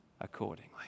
accordingly